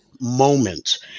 moments